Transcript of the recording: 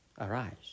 arise